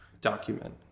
document